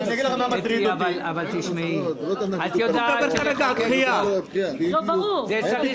את יודעת שכדי לחוקק חוק זה צריך